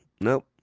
Nope